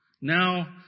Now